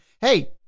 hey